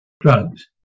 drugs